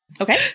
Okay